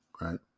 right